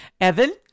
Evan